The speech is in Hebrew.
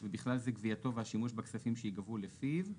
ו בכלל זה תעריף והשימוש בכספים שייגבו לפיו.